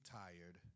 tired